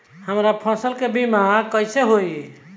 हमरा फसल के बीमा कैसे होई?